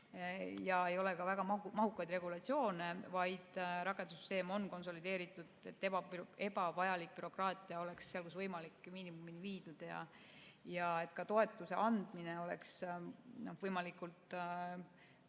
Ja ei ole ka väga mahukaid regulatsioone – rakendussüsteem on konsolideeritud, et ebavajalik bürokraatia oleks seal, kus võimalik, miinimumini viidud ja et toetuse andmine oleks võimalikult